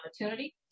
opportunity